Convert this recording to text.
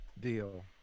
deal